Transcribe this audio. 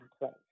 place